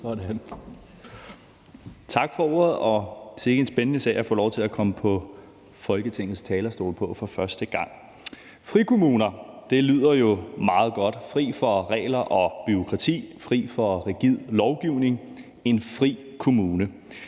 Tak for ordet, og sikke en spændende sag, som jeg får lov at komme på Folketingets talerstol til for første gang. Frikommuner lyder jo meget godt – fri for regler og bureaukrati, fri for rigid lovgivning; en fri kommune.